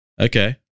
okay